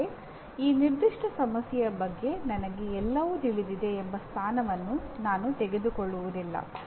ಆದರೆ ಈ ನಿರ್ದಿಷ್ಟ ಸಮಸ್ಯೆಯ ಬಗ್ಗೆ ನನಗೆ ಎಲ್ಲವೂ ತಿಳಿದಿದೆ ಎಂಬ ಸ್ಥಾನವನ್ನು ನಾನು ತೆಗೆದುಕೊಳ್ಳುವುದಿಲ್ಲ